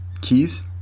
Keys